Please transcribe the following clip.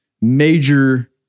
major